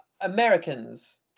Americans